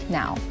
now